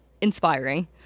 inspiring